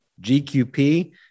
GQP